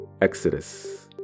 Exodus